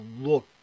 look